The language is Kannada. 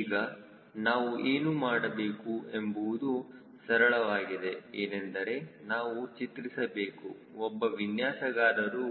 ಈಗ ನಾವು ಏನು ಮಾಡಬೇಕು ಎಂಬುವುದು ಸರಳವಾಗಿದೆ ಏನೆಂದರೆ ನಾವು ಚಿತ್ರಿಸಬೇಕು ಒಬ್ಬ ವಿನ್ಯಾಸಗಾರರು